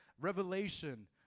Revelation